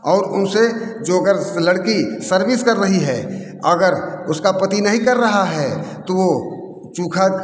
और उनसे जो अगर लड़की सर्विस कर रही है अगर उसका पति नहीं कर रहा है तो वो चुखा